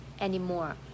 anymore